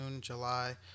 July